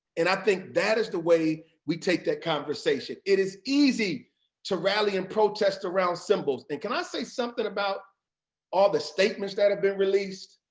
and i think that is the way we take that conversation. it is easy to rally and protest around symbols. and can i say something about all the statements that have been released?